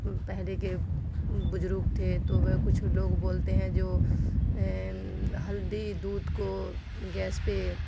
پہلے کے بزرگ تھے تو وہ کچھ لوگ بولتے ہیں جو ہلدی دودھ کو گیس پہ